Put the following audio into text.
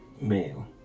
male